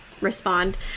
respond